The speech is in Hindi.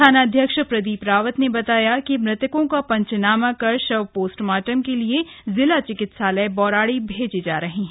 थानाध्यक्ष प्रदीप रावत ने बताया है कि मृतकों का पंचनामा कर शव पोस्ट मार्टम के लिए जिला चिकित्सालय बौराड़ी भेजे जा रहे है